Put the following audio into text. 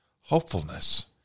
hopefulness